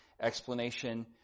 explanation